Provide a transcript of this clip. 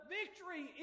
victory